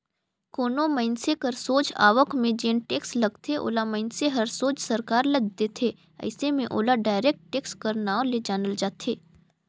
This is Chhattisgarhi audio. कोनो मइनसे कर सोझ आवक में जेन टेक्स लगथे ओला मइनसे हर सोझ सरकार ल देथे अइसे में ओला डायरेक्ट टेक्स कर नांव ले जानल जाथे